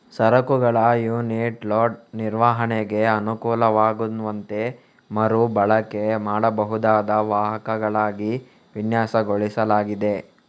ಸರಕುಗಳ unit load ನಿರ್ವಹಣೆಗೆ ಅನುಕೂಲವಾಗುವಂತೆ ಮರು ಬಳಕೆ ಮಾಡಬಹುದಾದ ವಾಹಕಗಳಾಗಿ ವಿನ್ಯಾಸಗೊಳಿಸಲಾಗಿದೆ